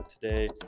today